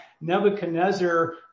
Nebuchadnezzar